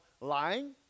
lying